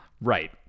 Right